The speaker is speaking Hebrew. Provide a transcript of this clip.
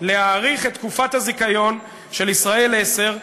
להאריך את תקופת הזיכיון של "ישראל 10"